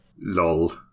lol